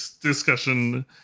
discussion